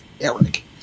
eric